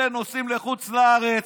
אלה נוסעים לחוץ לארץ,